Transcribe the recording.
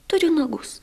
turiu nagus